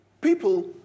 people